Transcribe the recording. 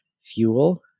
Fuel